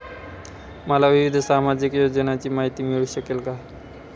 मला विविध सामाजिक योजनांची माहिती मिळू शकेल का?